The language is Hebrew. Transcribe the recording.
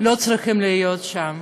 לא צריכים להיות שם.